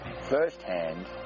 firsthand